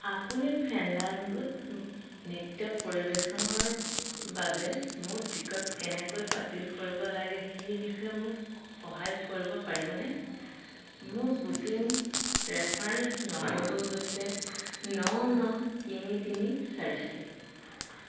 আপুনি ফেণ্ডাংগোত নৃত্য পৰিৱেশনৰ বাবে মোৰ টিকট কেনেকৈ বাতিল কৰিব লাগে সেই বিষয়ে মোক সহায় কৰিব পাৰিবনে মোৰ বুকিং ৰেফাৰেন্স নম্বৰটো হৈছে ন ন তিনি তিনি চাৰি চাৰি